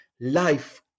life